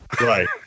Right